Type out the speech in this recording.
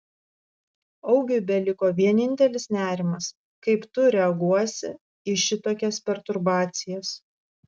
augiui beliko vienintelis nerimas kaip tu reaguosi į šitokias perturbacijas